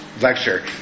lecture